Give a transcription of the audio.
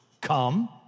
come